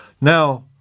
Now